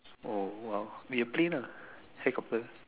oh !wow! be a plane ah helicopter